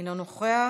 אינו נוכח,